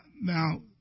now